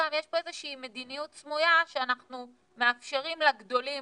יש פה מדיניות סמויה שאנחנו מאפשרים לגדולים